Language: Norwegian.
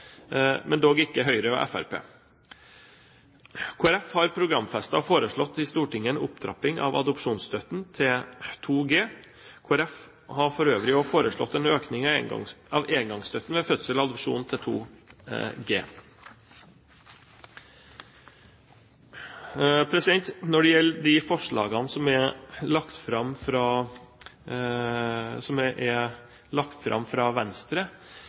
men dog ikke Høyre og Fremskrittspartiet. Kristelig Folkeparti har programfestet og foreslått en opptrapping av adopsjonsstøtten til 2 G. Kristelig Folkeparti har for øvrig også foreslått en økning av engangsstøtten ved fødsel og adopsjon til 2 G. Når det gjelder de forslagene som er lagt fram fra Venstre, vil jeg for Kristelig Folkepartis vedkommende si at vi ikke vil støtte de forslagene ved votering. Det er